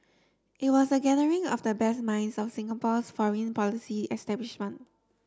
it was a gathering of the best minds of Singapore's foreign policy establishment